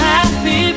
Happy